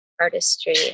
artistry